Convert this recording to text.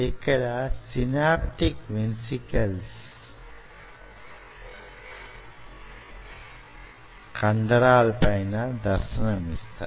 ఇక్కడ synaptic vesicles కండరాల పైన దర్శనమిస్తాయి